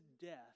death